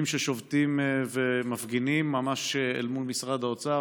ששובתים ומפגינים ממש אל מול משרד האוצר,